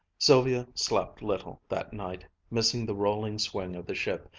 sylvia slept little that night, missing the rolling swing of the ship,